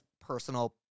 personal